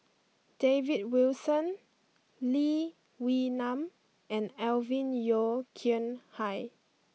David Wilson Lee Wee Nam and Alvin Yeo Khirn Hai